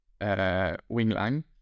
WingLang